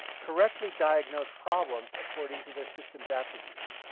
correctly diagnose problems according to their systems attributes.